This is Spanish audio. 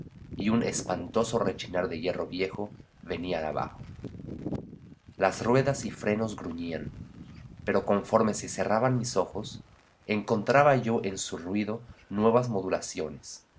y un espantoso rechinar de hierro viejo venía de abajo las ruedas y frenos gruñían pero conforme se cerraban mis ojos encontraba yo en su ruido nuevas modulaciones